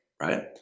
right